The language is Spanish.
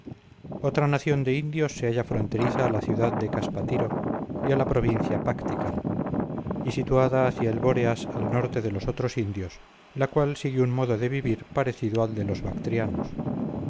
otra nación de indios se halla fronteriza a la ciudad de caspatiro y a la provincia pactica y situada hacia el bóreas al norte de los otros indios la cual sigue un modo de vivir parecido al de los bactrianos